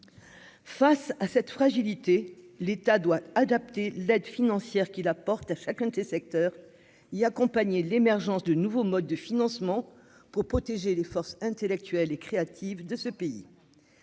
Face à cette fragilité, l'État doit adapter l'aide financière qui l'apporte à chacun de ces secteurs il accompagné l'émergence de nouveaux modes de financement pour protéger les forces intellectuelles et créatives de ce pays,